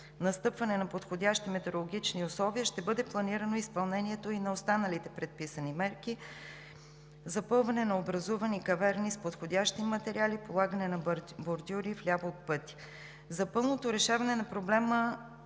настъпване на подходящи метеорологични условия ще бъде планирано изпълнението и на останалите предписани мерки – запълване на образувани каверни с подходящи материали, полагане на бордюри вляво от пътя. За пълното решаване на проблема